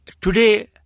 Today